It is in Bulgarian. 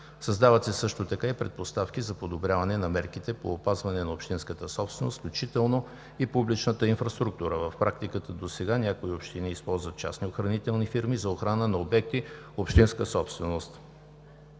Създават се също така и предпоставки за подобряване на мерките по опазване на общинската собственост, включително и публичната инфраструктура. В практиката досега някои общини използват частни охранителни фирми за охрана на обекти общинска собственост.